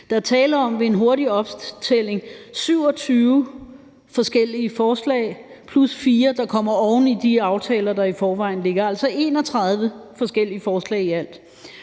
er tale om – ved en hurtig optælling – 27 forskellige forslag plus 4, der kommer oven i de aftaler, der i forvejen ligger. Altså er der 31 forskellige forslag i alt.